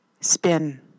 spin